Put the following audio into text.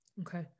Okay